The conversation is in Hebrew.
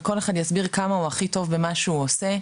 וכל אחד יסביר כמה הוא הכי טוב במה שהוא עושה.